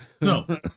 No